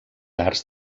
arts